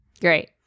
great